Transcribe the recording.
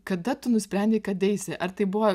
kada tu nusprendei kad eisi ar tai buvo